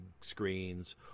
screens